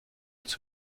als